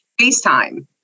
FaceTime